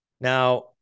Now